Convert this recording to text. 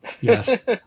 Yes